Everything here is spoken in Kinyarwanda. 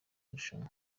irushanwa